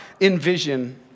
envision